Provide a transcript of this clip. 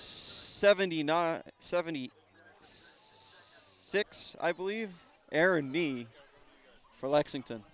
seventy nine seventy six i believe aaron me for lexington